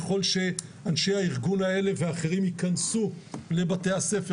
ככל שאנשי הארגון האלה ואחרים ייכנסו לבתי הספר